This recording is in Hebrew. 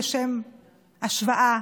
לשם השוואה?